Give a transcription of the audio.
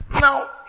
Now